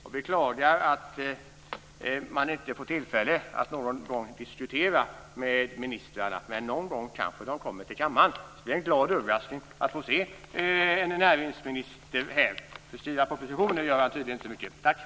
Jag beklagar att man inte får tillfälle att någon gång diskutera med ministrarna. Men någon gång kanske de kommer till kammaren. Det blir en glad överraskning att få se en näringsminister här. För sina propositioner gör han tydligen inte så mycket.